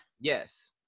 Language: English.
Yes